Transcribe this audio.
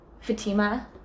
Fatima